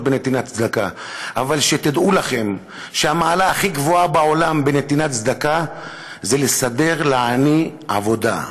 אבל שתדעו לכם שהמעלה הכי גבוהה בעולם בנתינת צדקה זה לסדר לעני עבודה,